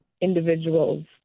individuals